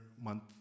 month